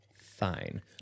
fine